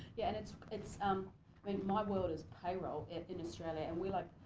yeah, and it's, it's, um and my world is payroll in in australia, and we like.